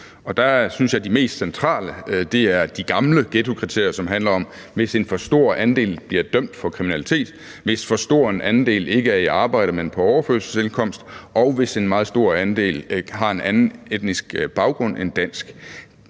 Og der synes jeg, at de mest centrale er de gamle ghettokriterier, som gælder, hvis en for stor andel bliver dømt for kriminalitet, hvis for stor en andel ikke er i arbejde, men er på overførselsindkomst, og hvis en meget stor andel har en anden etnisk baggrund end dansk.